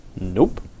Nope